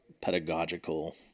pedagogical